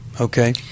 okay